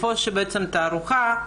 איפה שבעצם התערוכה,